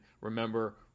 remember